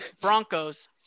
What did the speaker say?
Broncos